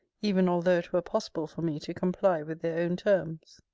even although it were possible for me to comply with their own terms.